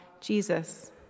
jesus